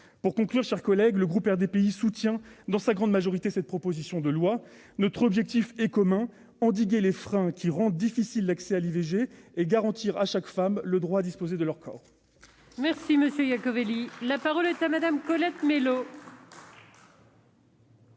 Pour conclure, mes chers collègues, le groupe RDPI soutient, dans sa grande majorité, cette proposition de loi. Notre objectif est commun : endiguer les freins qui rendent difficile l'accès à l'IVG et garantir à chaque femme le droit à disposer de son corps. La parole est à Mme Colette Mélot.